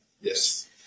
Yes